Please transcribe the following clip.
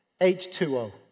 H2O